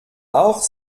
auch